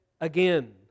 again